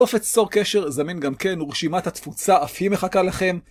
טופס צור קשר זמין גם כן ורשימת התפוצה אף היא מחכה לכם.